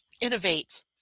innovate